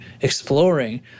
exploring